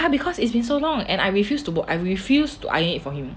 ya because it's been so long and I refused to wo~ I refused to iron for him